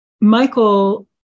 Michael